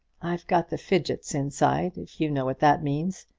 i've got the fidgets inside, if you know what that means.